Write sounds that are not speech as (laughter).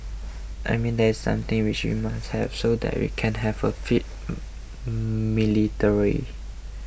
I mean that's something which we must have so that we can have a fit (hesitation) military